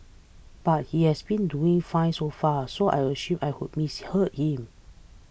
but he has been doing fine so far so I assumed I who misheard him